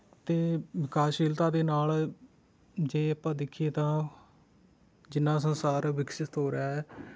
ਅਤੇ ਵਿਕਾਸਸ਼ੀਲਤਾ ਦੇ ਨਾਲ ਜੇ ਆਪਾਂ ਦੇਖੀਏ ਤਾਂ ਜਿੰਨਾ ਸੰਸਾਰ ਵਿਕਸਤ ਹੋ ਰਿਹਾ ਹੈ